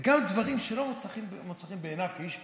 גם דברים שלא מצאו חן בעיניו כאיש פוליטי,